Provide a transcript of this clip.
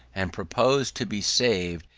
and proposed to be saved,